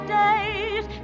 days